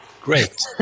great